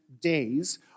days